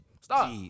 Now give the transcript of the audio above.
Stop